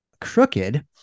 crooked